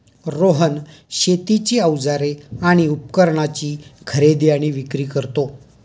रोहन शेतीची अवजारे आणि उपकरणाची खरेदी आणि विक्री करतो